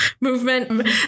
movement